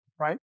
right